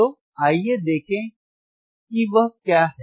तो आइए देखें कि वह क्या है